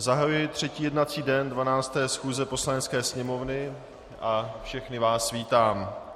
Zahajuji třetí jednací den 12. schůze Poslanecké sněmovny a všechny vás vítám.